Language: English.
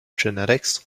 genetics